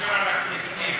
אני מדבר על הקולקטיב.